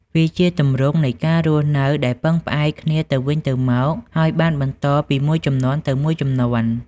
វាជាទម្រង់នៃការរស់នៅដែលពឹងផ្អែកគ្នាទៅវិញទៅមក ហើយបានបន្តពីមួយជំនាន់ទៅមួយជំនាន់។